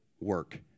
work